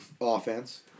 offense